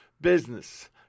business